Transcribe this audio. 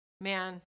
Man